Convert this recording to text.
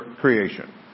creation